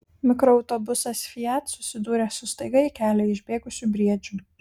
mikroautobusas fiat susidūrė su staiga į kelią išbėgusiu briedžiu